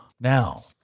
now